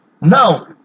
Now